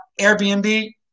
Airbnb